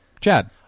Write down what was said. Chad